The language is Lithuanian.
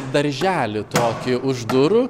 daržely tokį už durų